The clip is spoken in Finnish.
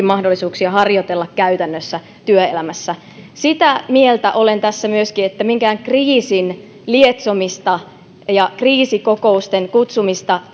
mahdollisuuksia harjoitella käytännössä työelämässä sitä mieltä olen tässä myöskin että kriisin lietsomista ja kriisikokousten kutsumista